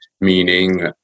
meaning